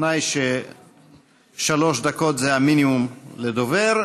בתנאי ששלוש דקות זה המינימום לדובר.